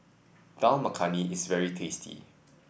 Dal Makhani is very tasty